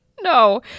No